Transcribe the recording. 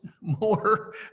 more